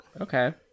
Okay